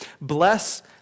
Bless